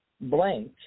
blank